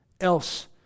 Else